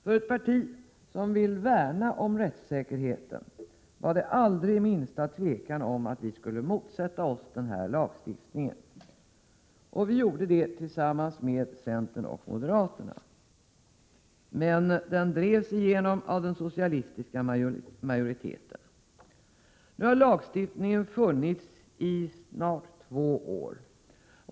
För ett parti som folkpartiet, som vill värna rättssäkerheten, var det aldrig minsta tvekan om att vi skulle motsätta oss den här lagstiftningen. Vi gjorde det tillsammans med centern och moderaterna. Men den drevs igenom av den socialistiska majoriteten. Nu har lagstiftningen funnits i snart två år.